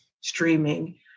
streaming